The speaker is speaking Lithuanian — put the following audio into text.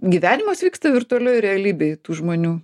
gyvenimas vyksta virtualioj realybėj tų žmonių